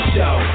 Show